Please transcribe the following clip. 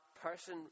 person